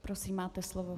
Prosím, máte slovo.